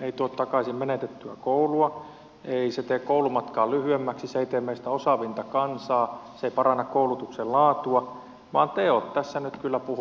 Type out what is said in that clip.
ei tuo takaisin menetettyä koulua ei se tee koulumatkaa lyhyemmäksi se ei tee meistä osaavinta kansaa se ei paranna koulutuksen laatua vaan teot tässä nyt kyllä puhuvat puolestaan